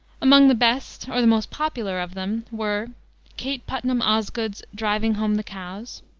among the best or the most popular of them were kate putnam osgood's driving home the cows,